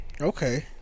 Okay